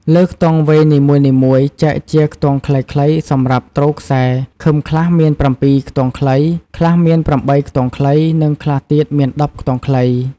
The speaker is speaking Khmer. លើខ្ទង់វែងនីមួយៗចែកជាខ្ទង់ខ្លីៗសំរាប់ទ្រខ្សែ ឃឹមខ្លះមាន៧ខ្ទង់ខ្លី ខ្លះមាន៨ខ្ទង់ខ្លី និងខ្លះទៀតមាន១០ខ្ទង់ខ្លី។